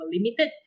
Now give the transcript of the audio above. limited